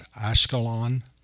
Ashkelon